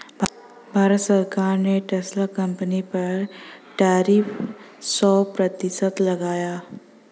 भारत सरकार ने Tesla company पर टैरिफ सो प्रतिशत लगाया